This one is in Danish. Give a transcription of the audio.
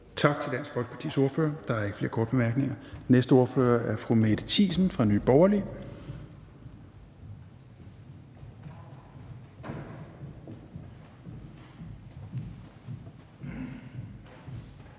Tak til Dansk Folkepartis ordfører. Der er ikke flere korte bemærkninger. Næste ordfører er fru Mette Thiesen fra Nye Borgerlige.